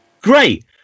Great